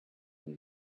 when